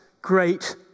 great